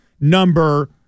number